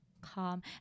calm